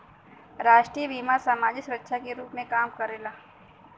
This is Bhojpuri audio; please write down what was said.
राष्ट्रीय बीमा समाजिक सुरक्षा के रूप में काम करला